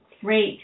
great